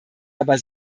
aber